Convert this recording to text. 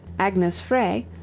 agnes frey,